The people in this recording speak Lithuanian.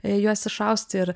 juos išausti ir